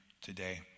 today